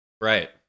Right